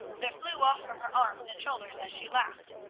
that flew off from her arms and shoulders as she laughed.